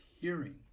hearing